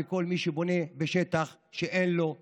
לכל מי שבונה בשטח שאין לו רישיון.